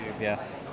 Yes